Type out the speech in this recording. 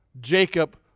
Jacob